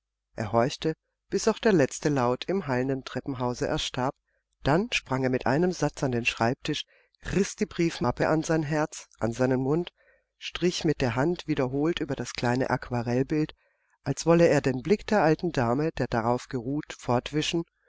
er horchte bis auch der letzte laut im hallenden treppenhause erstarb dann sprang er mit einem satze an den schreibtisch riß die briefmappe an sein herz an seinen mund strich mit der hand wiederholt über das kleine aquarellbild als wolle er den blick der alten dame der darauf geruht